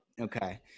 Okay